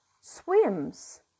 swims